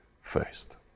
first